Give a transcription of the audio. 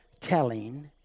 telling